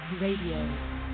Radio